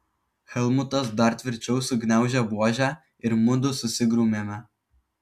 helmutas dar tvirčiau sugniaužė buožę ir mudu susigrūmėme